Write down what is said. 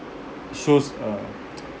it shows uh